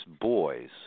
boys